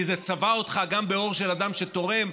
כי זה צבע אותך גם באור של אדם שתורם,